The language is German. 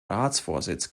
ratsvorsitz